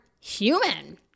human